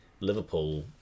Liverpool